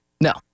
No